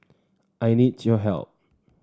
I need your help